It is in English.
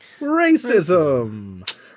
racism